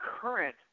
current